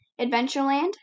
Adventureland